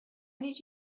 need